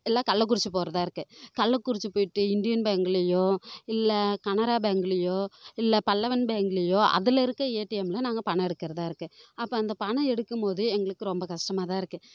எல்லா கள்ளக்குறிச்சி போகிறதா இருக்குது கள்ளக்குறிச்சி போயிட்டு இண்டியன் பேங்கிலயோ இல்லை கனரா பேங்கிலையோ இல்லை பல்லவன் பேங்கிலயோ அதில் இருக்கற் ஏடிஎம்மில் நாங்கள் பணம் எடுக்கிறதா இருக்குது அப்போது அந்த பணம் எடுக்கும் போது எங்களுக்கு ரொம்ப கஷ்டமாக தான் இருக்குது